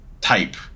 type